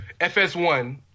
FS1